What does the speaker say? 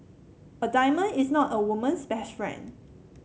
a diamond is not a woman's best friend